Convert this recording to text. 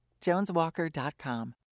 JonesWalker.com